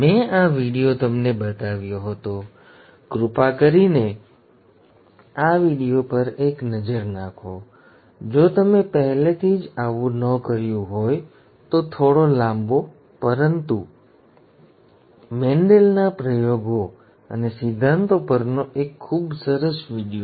મેં આ વિડિયો તમને બતાવ્યો હતો કૃપા કરીને આ વિડિયો પર એક નજર નાખો જો તમે પહેલેથી જ આવું ન કર્યું હોય તો થોડો લાંબો પરંતુ મેન્ડેલના પ્રયોગો અને સિદ્ધાંતો પરનો એક ખૂબ જ સરસ વિડિઓ